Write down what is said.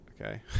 Okay